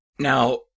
Now